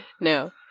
no